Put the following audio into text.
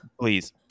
Please